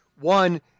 One